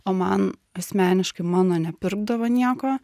o man asmeniškai mano nepirkdavo nieko